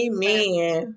Amen